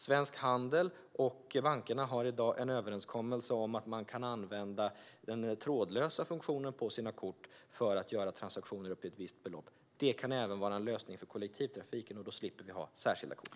Svensk Handel och bankerna har i dag en överenskommelse om att kunna använda den trådlösa funktionen på sina kort för att göra transaktioner upp till ett visst belopp. Det kan även vara en lösning för kollektivtrafiken. Då slipper vi särskilda kort.